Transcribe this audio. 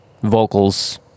vocals